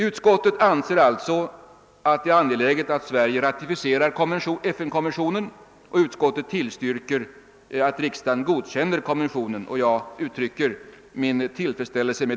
Utskottet anser det vara angeläget att Sverige ratificerar FN-konventionen, och utskottet tillstyrker att riksdagen godkänner konventionen, vilket jag vill uttrycka min tillfredsställelse med.